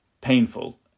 painful